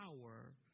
power